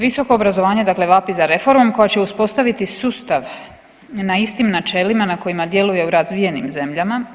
Visoko obrazovanje dakle vapi za reformom koja će uspostaviti sustav na istim načelima na kojim djeluje u razvijenim zemljama.